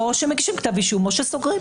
או שמגישים כתב אישום או שסוגרים.